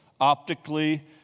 optically